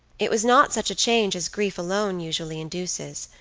it was not such a change as grief alone usually induces,